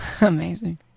Amazing